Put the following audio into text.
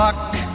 Luck